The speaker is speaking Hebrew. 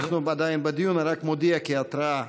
אנחנו עדיין בדיון, אני רק מודיע כהתראה.